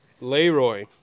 Leroy